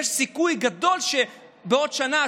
יש סיכוי גדול שבעוד שנה,